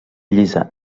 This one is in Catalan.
llisa